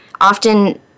Often